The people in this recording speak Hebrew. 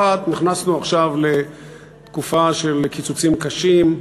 אחת: נכנסנו עכשיו לתקופה של קיצוצים קשים.